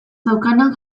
daukanak